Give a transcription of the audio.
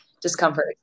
discomfort